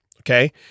Okay